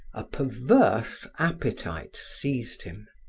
a perverse appetite seized him.